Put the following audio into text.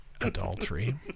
adultery